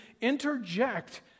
interject